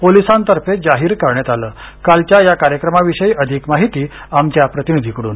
पोलिसांतर्फे जाहीर करण्यात आलं कार्यक्रमाविषयी अधिक माहिती आमच्या प्रतिनिधीकडून